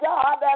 God